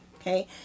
okay